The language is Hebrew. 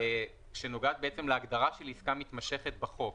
שנוגעת בעצם להגדרה של עסקה מתמשכת בחוק.